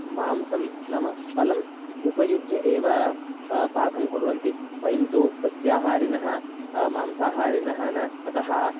मांसं नाम पलम् उपयुज्य एव पाकं कुर्वन्ति वयं तु सस्याहारिनः मांसाहारिनः न अतः